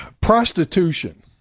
Prostitution